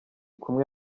kumwe